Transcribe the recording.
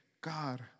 God